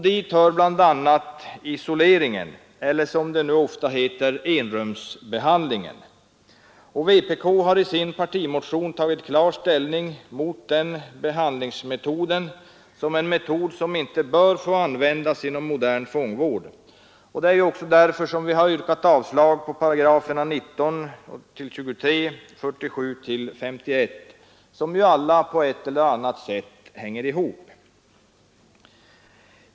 Dit hör bl.a. isoleringsstraffet eller enrumsbehandlingen som det nu ofta heter. Vpk har i sin partimotion tagit klar ställning mot isoleringen. Det är en metod som icke bör användas inom modern fångvård. Därför har vi också yrkat avslag på §§ 19—23 och 47—51, som alla på ett eller annat sätt hänger samman.